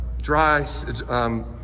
dry